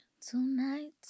Tonight